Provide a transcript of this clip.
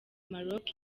maroc